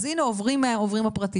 אז הנה עוברים הפרטים.